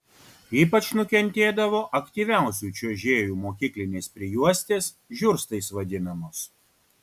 ypač nukentėdavo aktyviausių čiuožėjų mokyklinės prijuostės žiurstais vadinamos